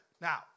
now